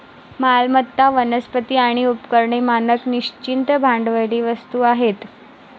मालमत्ता, वनस्पती आणि उपकरणे मानक निश्चित भांडवली वस्तू आहेत